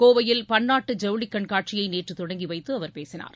கோவையில் பன்னாட்டு ஜவுளிக் கண்காட்சியை நேற்று தொடங்கி வைத்து அவர் பேசினார்